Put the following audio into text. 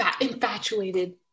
infatuated